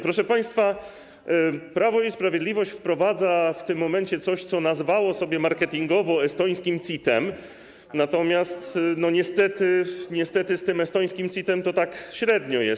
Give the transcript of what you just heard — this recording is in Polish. Proszę państwa, Prawo i Sprawiedliwość wprowadza w tym momencie coś, co nazwało sobie marketingowo estońskim CIT-em, natomiast niestety z tym estońskim CIT-em to tak średnio jest.